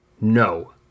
No